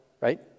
right